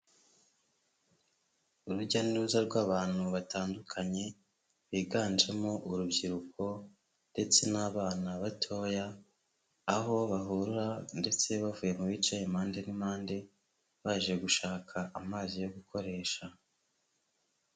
Urujya n'uruza rw'abantu batandukanye biganjemo urubyiruko ndetse n'abana batoya, aho bahurira ndetse bavuye mu bicaye mde n'impande baje gushaka amazi yo gukoresha.